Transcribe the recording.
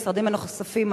המשרדים הנוספים,